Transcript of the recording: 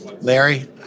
Larry